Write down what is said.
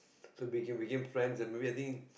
so we became friends and maybe I think